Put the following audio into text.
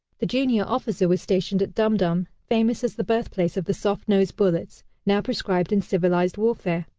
the junior officer was stationed at dum dum, famous as the birthplace of the soft-nosed bullets, now proscribed in civilized warfare.